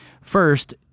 first